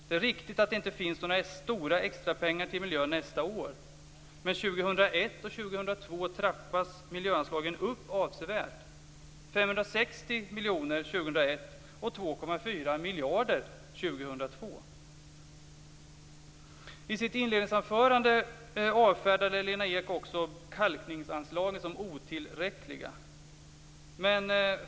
Det är riktigt att det inte finns några stora extrapengar till miljön nästa år, men 2001 och 2002 trappas miljöanslagen upp avsevärt - med I sitt inledningsanförande avfärdade Lena Ek också kalkningsanslagen som otillräckliga.